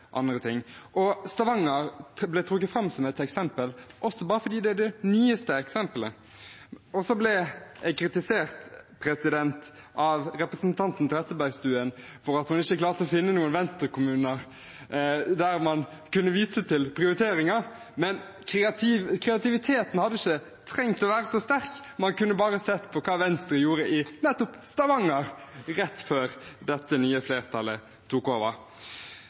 andre ting. Stavanger ble trukket fram som et eksempel bare fordi det er det nyeste eksempelet. Så ble jeg kritisert av representanten Trettebergstuen for at hun ikke klarte å finne noen Venstre-kommuner der man kunne vise til prioriteringer, men kreativiteten hadde ikke trengt å være så stor, man kunne bare sett på hva Venstre gjorde i nettopp Stavanger rett før dette nye flertallet tok over.